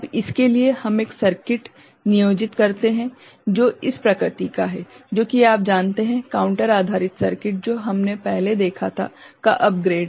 अब इसके लिए हम एक सर्किट नियोजित करते हैं जो इस प्रकृति का है जो कि आप जानते हैं काउंटर आधारित सर्किट जो हमने पहले देखा था का अपग्रेड है